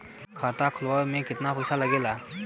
खाता खोले में कितना पईसा लगेला?